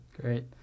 Great